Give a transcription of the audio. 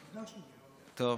טוב.